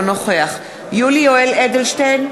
אינו נוכח יולי יואל אדלשטיין,